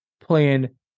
playing